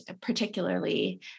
particularly